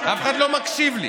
אף אחד לא מקשיב לי.